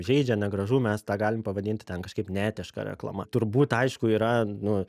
žeidžia negražu mes tą galim pavadinti ten kažkaip neetiška reklama turbūt aišku yra nu